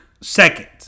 second